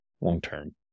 long-term